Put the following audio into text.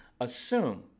Assume